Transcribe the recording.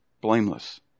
blameless